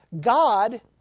God